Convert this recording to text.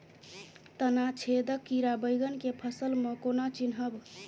तना छेदक कीड़ा बैंगन केँ फसल म केना चिनहब?